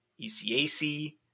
ECAC